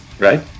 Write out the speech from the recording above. Right